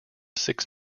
six